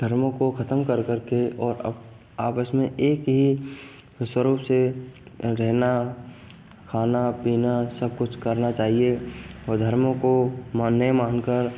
धर्मों को ख़त्म कर करके और अब आपस में एक ही स्वरूप से रहना खाना पीना सब कुछ करना चाहिए और धर्मों को मान नहीं मानकर